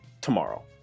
tomorrow